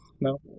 No